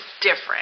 different